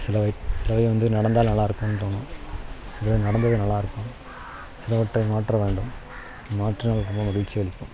சிலவை சிலவை வந்து நடந்தால் நல்லா இருக்கும்னு தோணும் சிலது நடந்தது நல்லா இருக்கும் சிலவற்றை மாற்ற வேண்டும் மாற்றம் எனக்கு ரொம்ப மகிழ்ச்சி அளிக்கும்